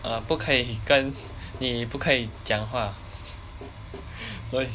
err 不可以跟你不可以讲话所以